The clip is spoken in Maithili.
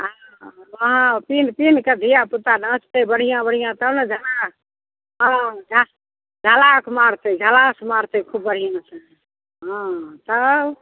हँ पीन्ह पीन्ह कऽ धिया पुता ने से बढिऑं बढिऑं तब ने हँ झलास मारतै झलास मारतै खूब बढिऑंसँ हँ तऽ